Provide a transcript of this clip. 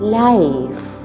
life